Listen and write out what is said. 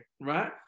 right